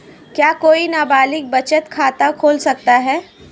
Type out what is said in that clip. क्या कोई नाबालिग बचत खाता खोल सकता है?